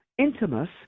intimus